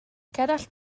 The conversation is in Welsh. gerallt